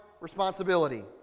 responsibility